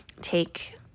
take